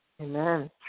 Amen